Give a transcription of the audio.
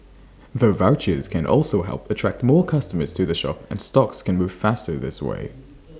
the vouchers can also help attract more customers to the shop and stocks can move faster this way